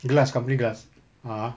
glass company glass a'ah